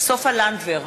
סופה לנדבר,